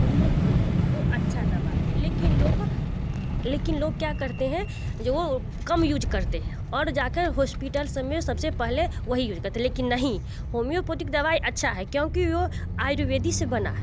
homeopathic तो अच्छी दवाई है लेकिन लोग लेकिन लोग क्या करते हैं जो वो कम यूज करते हैं और जा कर हॉस्पिटल सब में सब से पहले वही यूज करते है लेकिन नहीं होमियोपौथिक दवाई अच्छी है क्योंकि वो आयुर्वेद से बना है